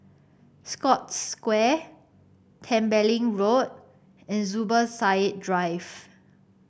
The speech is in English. Scotts Square Tembeling Road and Zubir Said Drive